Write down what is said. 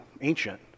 ancient